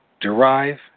derive